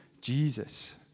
Jesus